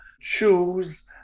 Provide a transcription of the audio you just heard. choose